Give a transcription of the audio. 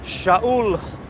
shaul